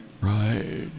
Right